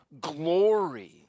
glory